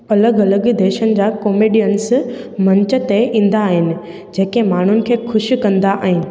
अलॻि अलॻि देशनि जा कॉमेडियन्स मंच ते ईंदा आहिनि जेके माण्हुनि खे ख़ुशि कंदा आहिनि